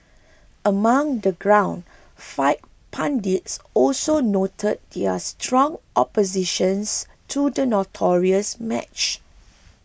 among the ground fight pundits also noted their strong opposition to the notorious match